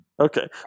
Okay